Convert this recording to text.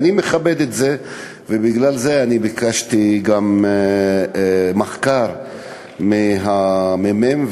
בגלל זה ביקשתי גם מחקר מהממ"מ,